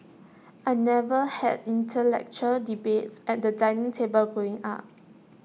I never had intellectual debates at the dining table growing up